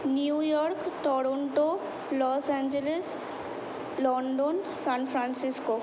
new York Los Angeles London San Francisco